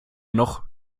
noch